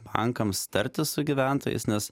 bankams tartis su gyventojais nes